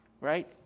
right